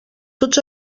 tots